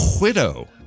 Widow